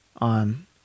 on